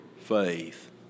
faith